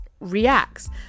reacts